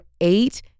eight